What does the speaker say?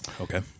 Okay